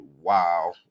wow